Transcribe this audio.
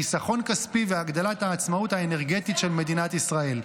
חיסכון כספי והגדלת העצמאות האנרגטית של מדינת ישראל.